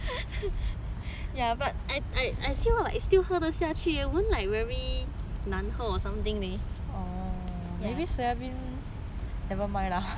I feel like it's still like 喝得下去 leh won't like very 难喝 or something leh maybe actually I also